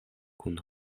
kun